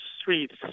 streets